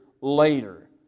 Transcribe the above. later